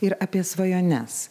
ir apie svajones